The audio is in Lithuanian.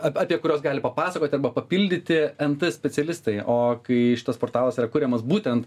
ap apie kuriuos gali papasakot arba papildyti nt specialistai o kai tas portalas yra kuriamas būtent